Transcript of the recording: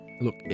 look